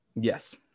Yes